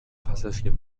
passagier